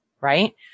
right